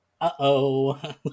uh-oh